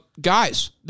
Guys